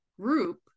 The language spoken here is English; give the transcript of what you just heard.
group